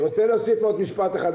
אני רוצה להוסיף עוד משפט אחד,